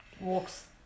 walks